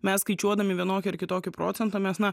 mes skaičiuodami vienokį ar kitokį procentą mes na